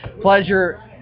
pleasure